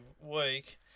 week